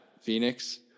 Phoenix